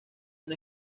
una